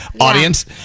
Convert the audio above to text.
audience